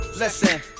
Listen